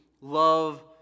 love